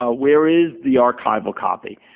ah where is the archival copy?